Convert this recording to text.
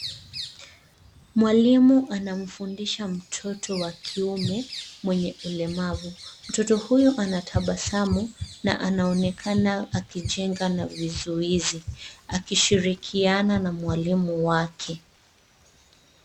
Mwalimu anamfundisha mtoto wa kiume mwenye ulemavu. Mtoto huyu anatabasamu na anaonekana akijenga na vizuizi akishirikiana na mwalimu wake.